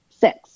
Six